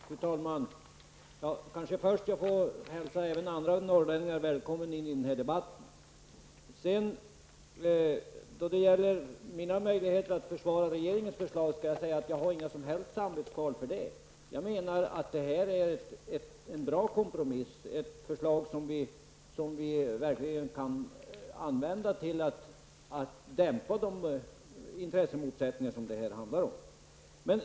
Fru talman! Jag hälsar först även andra norrlänningar välkomna in i denna debatt. Jag har inga som helst samvetskval när det gäller mina möjligheter att försvara regeringens förslag. Jag menar att detta är en bra kompromiss, ett förslag som vi verkligen kan använda till att dämpa de intressemotsättningar som det hela handlar om.